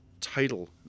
title